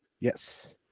Yes